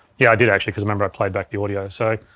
yeah i did actually cause remember i played back the audio. so,